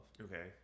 okay